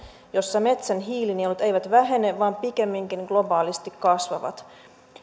jossa metsän hiilinielut eivät vähene vaan pikemminkin globaalisti kasvavat